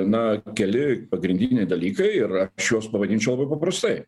na keli pagrindiniai dalykai ir aš juos pavadinčiau labai paprastai